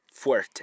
fuerte